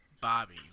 Bobby